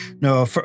No